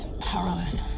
powerless